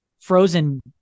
Frozen